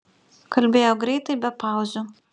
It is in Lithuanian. kalbėjo greitai be pauzių